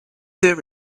there